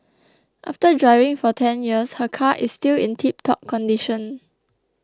after driving for ten years her car is still in tiptop condition